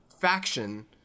faction